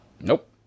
Nope